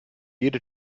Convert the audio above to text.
jede